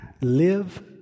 Live